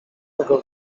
tego